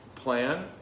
Plan